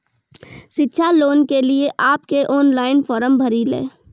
शिक्षा लोन के लिए आप के ऑनलाइन फॉर्म भरी ले?